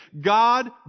God